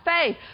faith